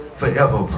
forever